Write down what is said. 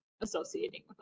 associating